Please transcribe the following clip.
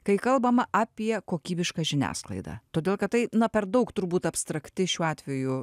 kai kalbama apie kokybišką žiniasklaidą todėl kad tai na per daug turbūt abstrakti šiuo atveju